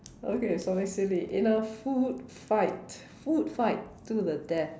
okay something silly in a food fight food fight to the death